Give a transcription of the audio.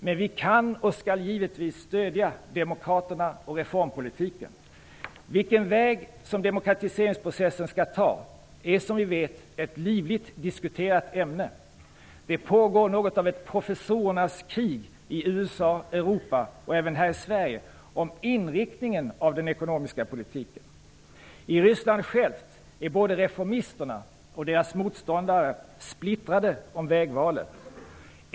Men vi kan och skall givetvis stödja demokraterna och reformpolitiken. Vilken väg som demokratiseringsprocessen skall ta är, som vi vet, ett livligt diskuterat ämne. Det pågår något av ett professorernas krig i USA, Europa och även här i Sverige om inriktningen av den ekonomiska politiken. I Ryssland självt är både reformisterna och deras motståndare splittrade om vägvalet.